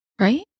right